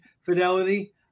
fidelity